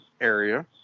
area